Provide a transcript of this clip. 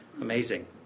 Amazing